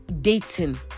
Dating